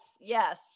yes